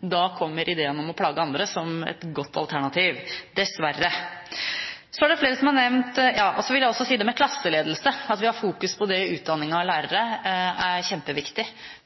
Da kommer ideene om å plage andre som et godt alternativ – dessverre. Så vil jeg også si til det med klasseledelse at det er kjempeviktig at vi fokuserer på det i utdanningen av lærere.